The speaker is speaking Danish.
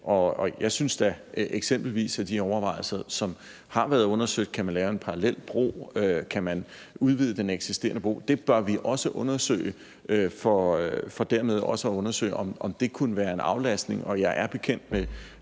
at vi – med hensyn til de overvejelser og ting, som har været undersøgt, altså om man kan lave en parallel bro, om man kan udvide den eksisterende bro – bør undersøge det, for dermed også at undersøge, om det kunne være en aflastning. Og jeg er bekendt med